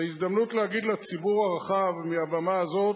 זו הזדמנות להגיד לציבור הרחב, מהבמה הזאת: